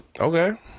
okay